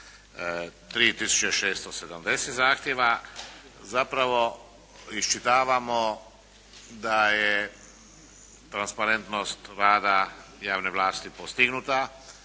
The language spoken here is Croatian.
3670 zahtjeva. Zapravo iščitavamo da je transparentnost rada javne vlasti postignuta.